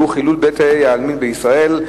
שהוא חילול בתי-העלמין בישראל,